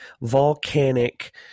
volcanic